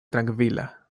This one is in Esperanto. trankvila